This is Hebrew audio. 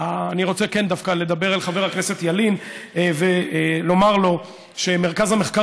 אני כן רוצה דווקא לדבר אל חבר הכנסת ילין ולומר לו שמרכז המחקר